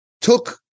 took